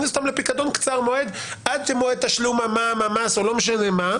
אותם לפיקדון קצר מועד עד למועד תשלום המס או המע"מ.